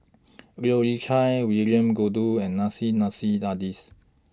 Leu Yew Chye William Goode and Nissim Nassim Adis